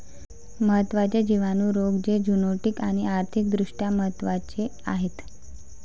महत्त्वाचे जिवाणू रोग जे झुनोटिक आणि आर्थिक दृष्ट्या महत्वाचे आहेत